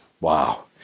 Wow